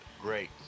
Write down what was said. great